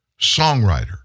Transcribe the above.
songwriter